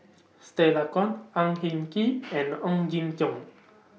Stella Kon Ang Hin Kee and Ong Jin Teong